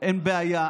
אין בעיה.